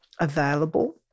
available